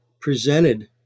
presented